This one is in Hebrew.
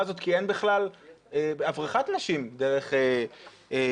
הזאת כי אין בכלל הברחת נשים דרך רמון.